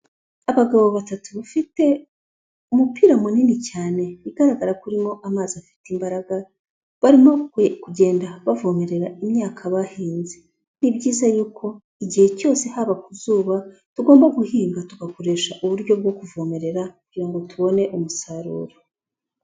Abagabo batatu bafite umupira munini cyane, bigaragara ko urimo amazi afite imbaraga, barimo kugenda bavomerera imyaka bahinze, ni byiza y'uko igihe cyose haba ku zuba tugomba guhinga tugakoresha uburyo bwo kuvomerera kugira ngo tubone umusaruro.